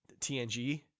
TNG